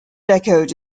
echoed